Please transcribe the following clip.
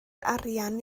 arian